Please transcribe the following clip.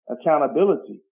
accountability